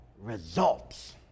results